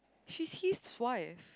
she's his wife